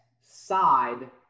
Side